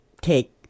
take